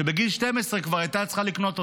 שבגיל 12 כבר הייתה צריכה לקנות אותה.